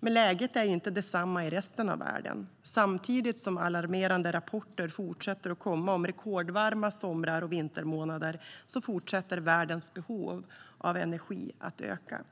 Läget är dock inte detsamma i resten av världen. Samtidigt som alarmerande rapporter fortsätter att komma om rekordvarma sommar och vintermånader fortsätter världens behov av energi att öka.